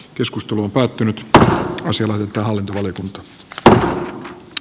keskusteluoppaat yhdistää länsi vantaalle vedetyt t